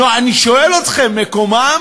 נו, אני שואל אתכם: מקומם